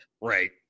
Right